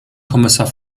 kommissar